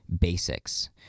basics